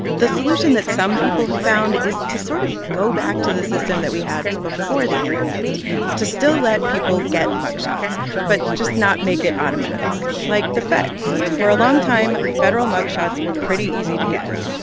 the solution that some people have found is to sort of go back to the system that we had before the internet to still let people get mug shots but just not make it automatic, like the feds for a long time, federal mug shots were pretty easy to get.